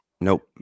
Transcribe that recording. Nope